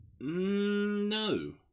No